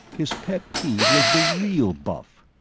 his pet peeve was the real buff.